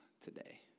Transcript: today